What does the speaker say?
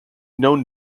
known